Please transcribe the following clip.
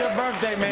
birthday, man.